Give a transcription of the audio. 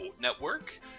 Network